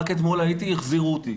רק אתמול הייתי והחזירו אותי,